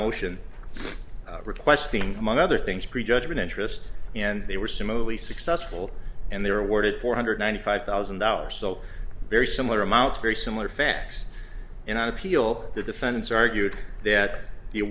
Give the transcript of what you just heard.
motion requesting among other things pre judgment interest and they were similarly successful and they were awarded four hundred ninety five thousand dollars so very similar amounts very similar facts in an appeal the defendants argued that